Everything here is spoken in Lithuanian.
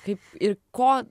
kaip ir ko